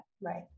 Right